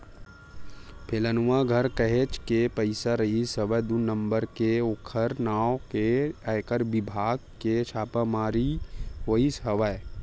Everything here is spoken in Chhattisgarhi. फेलनवा घर काहेच के पइसा रिहिस हवय दू नंबर के ओखर नांव लेके आयकर बिभाग के छापामारी होइस हवय